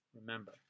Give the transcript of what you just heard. remember